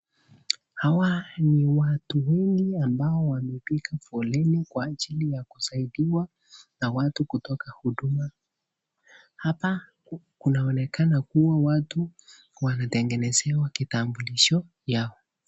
Hawa ni watu wengi ambao wamepiga foleni kwa ajili ya kusaidiwa na watu kutoka huduma. Hapa kunaonekana kuwa watu walitengenezewa kitambulisho yao.